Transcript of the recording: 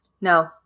No